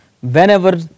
whenever